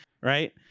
right